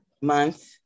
Month